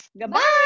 Goodbye